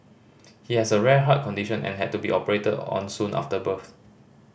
he has a rare heart condition and had to be operated on soon after birth